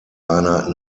einer